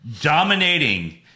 dominating